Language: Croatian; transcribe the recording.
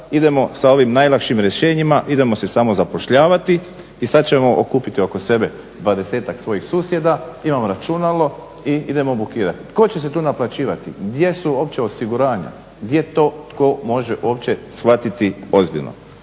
idemo sa ovim najlakšim rješenjima, idemo se samo zapošljavati i sad ćemo okupiti oko sebe 20-tak svojih susjeda, imam računalo i idemo blokirati, tko će se tu naplaćivati, gdje su uopće osiguranja, gdje to tko može uopće shvatiti ozbiljno.